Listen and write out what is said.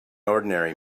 ordinary